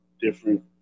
different